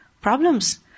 problems